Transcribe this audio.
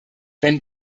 wenn